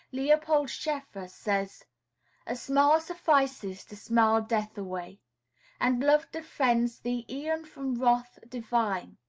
leopold schefer says a smile suffices to smile death away and love defends thee e'en from wrath divine!